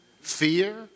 fear